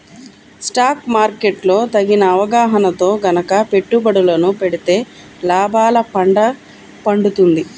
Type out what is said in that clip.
stock market లో తగిన అవగాహనతో గనక పెట్టుబడులను పెడితే లాభాల పండ పండుతుంది